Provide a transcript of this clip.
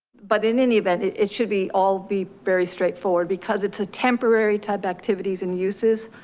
but in any event, it it should be all be very straightforward because it's a temporary type activities and uses.